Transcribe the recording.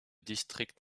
district